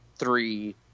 three